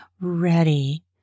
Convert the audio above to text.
ready